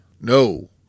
No